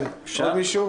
כן, שאל מישהו?